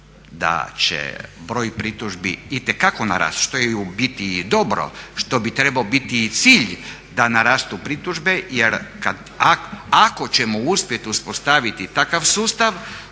da će broj pritužbi itekako narast što je u biti i dobro, što bi trebao biti i cilj da narastu pritužbe jer ako ćemo uspjeti uspostaviti takav sustav